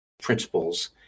principles